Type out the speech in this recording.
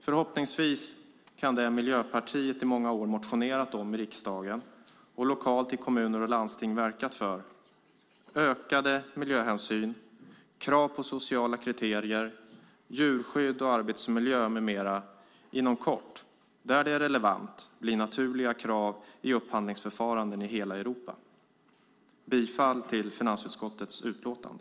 Förhoppningsvis kan det som Miljöpartiet i många år har motionerat om i riksdagen, och lokalt i kommuner och landsting verkat för, nämligen ökade miljöhänsyn, krav på sociala kriterier, djurskydd och arbetsmiljö med mera inom kort där det är relevant, bli naturliga krav i upphandlingsförfaranden i hela Europa. Jag yrkar bifall till förslaget i finansutskottets utlåtande.